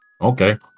Okay